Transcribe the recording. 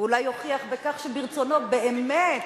ואולי יוכיח בכך שברצונו באמת,